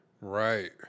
Right